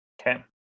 Okay